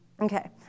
Okay